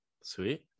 Sweet